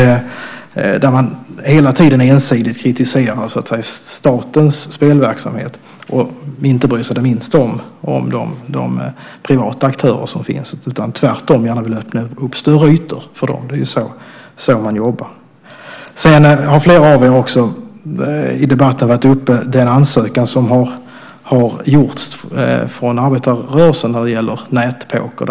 Hela tiden kritiserar man ju ensidigt statens spelverksamhet utan att det minsta bry sig om de privata aktörer som finns. Tvärtom vill man gärna öppna upp större ytor för dem. Det är ju så man jobbar. Flera har i debatten haft uppe den ansökan som gjorts från arbetarrörelsen när det gäller nätpoker.